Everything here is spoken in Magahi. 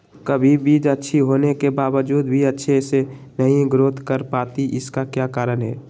कभी बीज अच्छी होने के बावजूद भी अच्छे से नहीं ग्रोथ कर पाती इसका क्या कारण है?